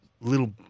little